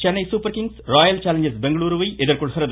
Chennai Super Kings Royal Challengers பெங்களுருவை எதிர்கொள்கிறது